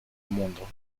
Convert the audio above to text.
mundo